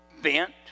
bent